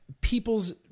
people's